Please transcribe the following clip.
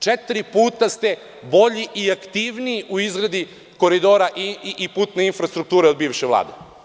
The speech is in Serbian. Četiri puta ste bolji i aktivniji u izradi koridora i putne infrastrukture od bivše Vlade.